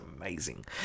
amazing